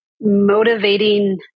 motivating